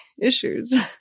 issues